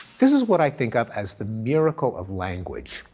this is what i think of as the miracle of language,